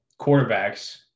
quarterbacks